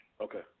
Okay